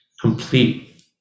complete